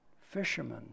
fishermen